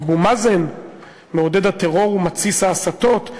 אבו מאזן מעודד הטרור ומתסיס ההסתות,